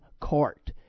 Court